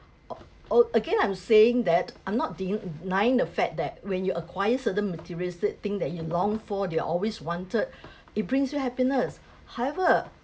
or or again I'm saying that I'm not denying the fact that when you acquire certain materialistic thing that you have long for that you always wanted it brings you happiness however